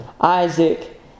Isaac